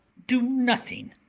do nothing